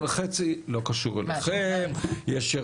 חצי לא קשור אליכם מהסיבות